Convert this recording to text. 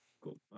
Cool